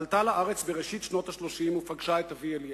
עלתה לארץ בראשית שנות ה-30 ופגשה את אבי, אליעזר.